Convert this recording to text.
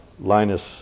Linus